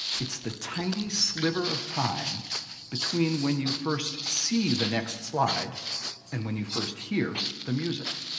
it's the tiny sliver of time between when you first see the next slide and when you first hear the music.